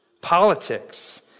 politics